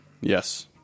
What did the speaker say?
Yes